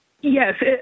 Yes